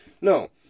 No